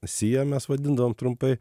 sijoj mes vadindavom trumpai